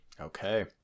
Okay